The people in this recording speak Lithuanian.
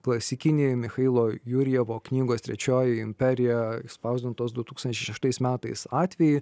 klasikinį michailo jurijevo knygos trečioji imperija išspausdintos du tūkstančiai šeštais metais atvejį